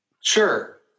Sure